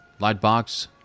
Lightbox